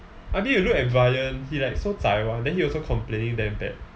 I think you look at ryan he like so zai [one] then he also complaining damn bad